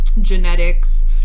genetics